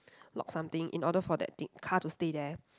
lock something in order for that thing car to stay there